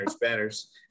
banners